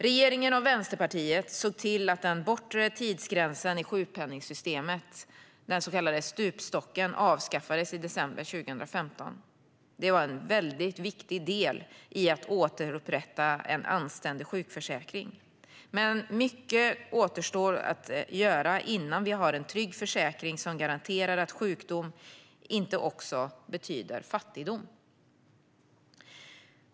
Regeringen och Vänsterpartiet såg till att den bortre tidsgränsen i sjukpenningsystemet, den så kallade stupstocken, avskaffades i december 2015. Det var en mycket viktig del i att återupprätta en anständig sjukförsäkring. Men mycket återstår att göra innan vi har en trygg försäkring som garanterar att sjukdom inte också betyder fattigdom.